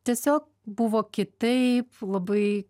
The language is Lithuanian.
tiesiog buvo kitaip labai